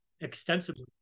extensively